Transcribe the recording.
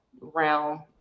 realm